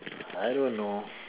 I don't know